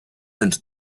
into